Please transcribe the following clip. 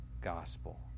gospel